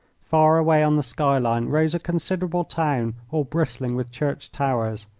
far away on the sky-line rose a considerable town all bristling with church towers.